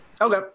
Okay